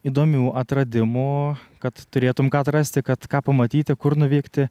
įdomių atradimų kad turėtum ką atrasti kad ką pamatyti kur nuvykti